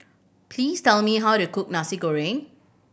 please tell me how to cook Nasi Goreng